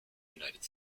united